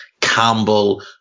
Campbell